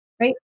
right